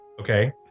okay